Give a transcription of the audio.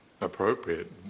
appropriate